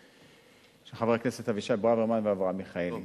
של חברי הכנסת אבישי ברוורמן ואברהם מיכאלי.